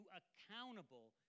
accountable